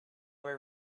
were